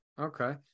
okay